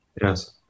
Yes